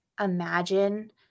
imagine